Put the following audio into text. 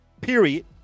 Period